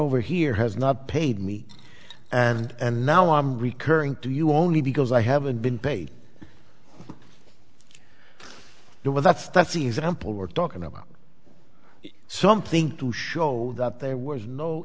over here has not paid me and now i'm recurring to you only because i haven't been paid the well that's that season ample we're talking about something to show that there was no